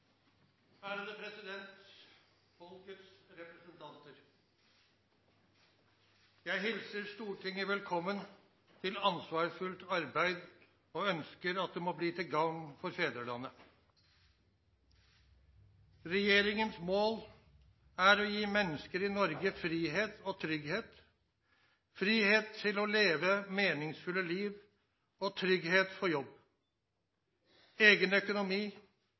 Ærede President, Folkets representanter. Jeg hilser Stortinget velkommen til ansvarsfullt arbeid og ønsker at det må bli til gagn for fedrelandet. Regjeringens mål er å gi mennesker i Norge frihet og trygghet, frihet til å leve meningsfulle liv og trygghet for jobb, egen økonomi